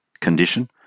condition